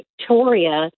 Victoria